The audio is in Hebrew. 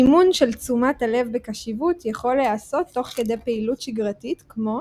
אימון של תשומת הלב בקשיבות יכול להיעשות תוך כדי פעילות שגרתית כמו